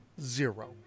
Zero